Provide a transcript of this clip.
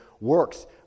works